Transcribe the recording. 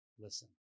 Listen